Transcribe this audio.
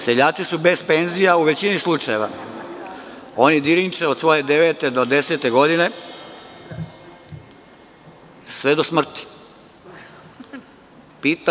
Seljaci su bez penzija u većini slučajeva, oni dirinče od svoje devete, desete godine sve do smrti.